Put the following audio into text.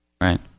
Right